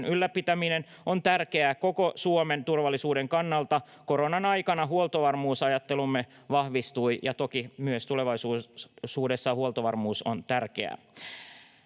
ylläpitäminen on tärkeää koko Suomen turvallisuuden kannalta. Koronan aikana huoltovarmuusajattelumme vahvistui, ja toki myös tulevaisuudessa huoltovarmuus on tärkeää.